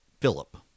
Philip